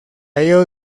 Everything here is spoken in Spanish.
ello